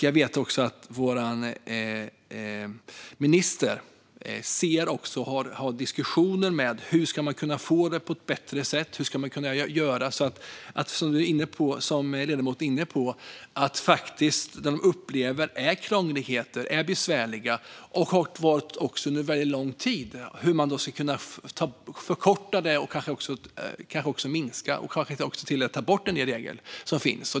Jag vet också att vår minister har diskussioner om hur man ska kunna göra, som ledamoten är inne på, för att minska och kanske också ta bort en del regler som upplevs som krångliga och besvärliga och som har varit det under väldigt lång tid.